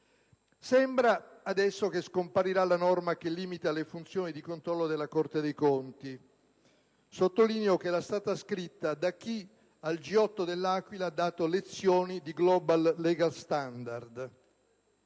Sembra adesso che scomparirà la norma che limita le funzioni di controllo della Corte dei conti; sottolineo che era stata scritta da chi, al G8 dell'Aquila, ha dato lezioni di *global legal standard*.